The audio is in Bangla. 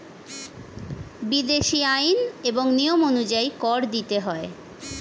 বিদেশী আইন এবং নিয়ম অনুযায়ী কর দিতে হয়